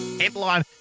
Headline